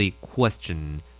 question